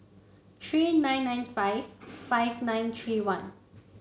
three nine nine five five nine three one